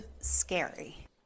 scary